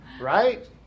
Right